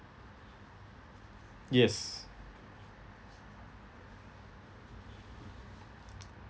yes